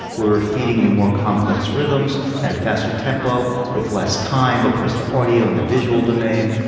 we're feeding you more complex rhythms at a faster tempo with less time across the audio and the visual domain.